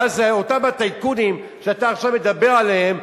ואז אותם הטייקונים שאתה עכשיו מדבר עליהם,